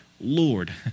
Lord